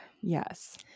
Yes